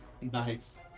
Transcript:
Nice